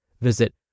Visit